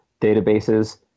databases